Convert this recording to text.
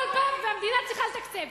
כל פעם, והמדינה צריכה לתקצב.